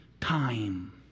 time